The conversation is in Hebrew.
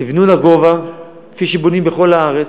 תבנו לגובה, כפי שבונים בכל הארץ,